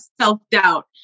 self-doubt